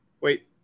Wait